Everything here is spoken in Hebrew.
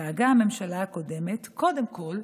דאגה הממשלה הקודמת קודם כול,